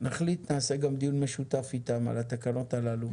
נחליט נעשה גם דיון משותף איתם על התקנות הללו.